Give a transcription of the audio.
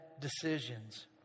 decisions